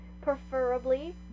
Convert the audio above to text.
Preferably